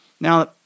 Now